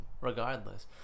regardless